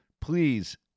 Please